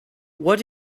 what